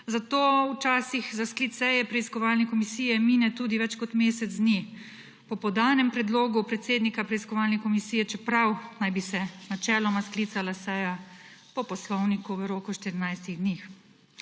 Zato včasih za sklic seje preiskovalne komisije mine tudi več kot mesec dni po podanem predlogu predsednika preiskovalne komisije, čeprav naj bi se načeloma sklicala seja po Poslovniku v roku 14 dni.